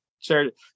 charity